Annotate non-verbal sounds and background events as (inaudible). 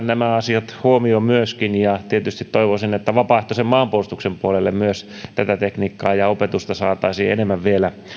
(unintelligible) nämä asiat varmasti otetaan huomioon tietysti toivoisin että myös vapaaehtoisen maanpuolustuksen puolelle tätä tekniikkaa ja opetusta saataisiin enemmän vielä